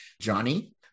johnny